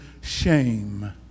shame